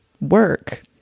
work